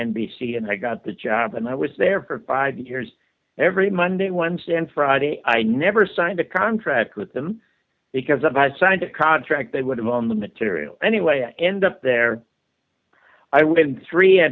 and i got the job and i was there for five years every monday wednesday and friday i never signed a contract with them because i signed a contract they would have on the material anyway i ended up there i waited three